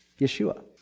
Yeshua